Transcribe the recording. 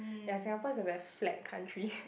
ya Singapore is a very flat country